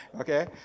Okay